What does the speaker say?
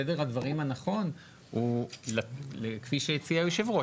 סדר הדברים הנכון הוא כפי שהציע היושב-ראש.